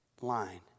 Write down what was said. line